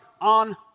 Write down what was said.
on